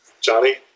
Johnny